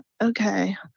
okay